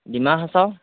Dima Hasao